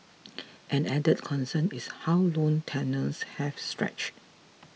an added concern is how loan tenures have stretched